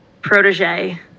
protege